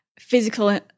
physical